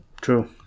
true